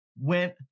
went